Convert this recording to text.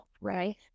right